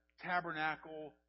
tabernacle